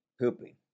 Pooping